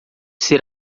ser